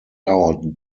out